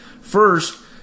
First